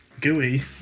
gooey